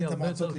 אין להם מה לעשות,